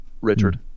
Richard